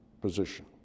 position